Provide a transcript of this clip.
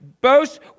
boast